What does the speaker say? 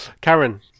Karen